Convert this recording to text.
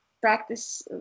practice